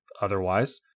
otherwise